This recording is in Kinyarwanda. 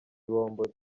bombori